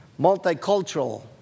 multicultural